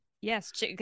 yes